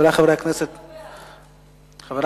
אנחנו